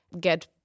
get